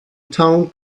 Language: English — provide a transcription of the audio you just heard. town